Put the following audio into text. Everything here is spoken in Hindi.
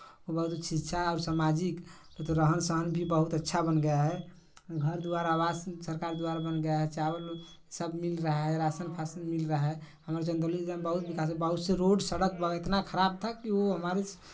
बहुत शिक्षा और समाजिक तो रहन सहन भी बहुत अच्छा बन गया है घर द्वार आवास सरकार द्वारा बन गया है चावल सब मिल रहा है राशन फाशन मिल रहा है हमारे चंदौली जिला में बहुत विकास है बहुत से रोड सड़क इतना खराब था कि वो हमारे